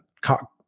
cock